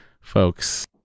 folks